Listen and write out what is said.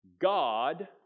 god